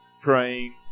praying